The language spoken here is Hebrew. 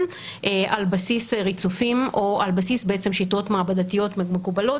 על בסיס ריצופים או על בסיס שיטות מעבדתיות מקובלות.